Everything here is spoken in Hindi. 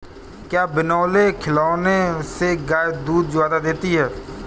क्या बिनोले खिलाने से गाय दूध ज्यादा देती है?